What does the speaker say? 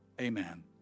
amen